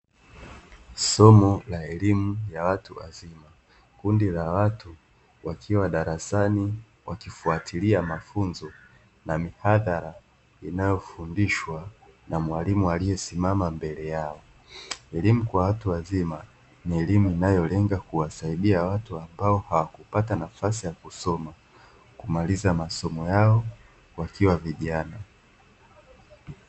Somo la elimu ya watu wazima darasani wakifuatilia mafunzo na mihadhara inayofundishwa na mwalimu aliyesimama mbele yao hakuwapata nafasi ya kusoma hapo zamani, kulingana na kufanya kazi na kuweka shughuli mbalimbali, kupitia mfumo wa kisasa wa kiteknolojia.